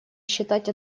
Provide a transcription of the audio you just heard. считать